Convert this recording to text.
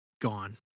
gone